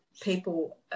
people